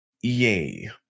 Yay